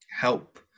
help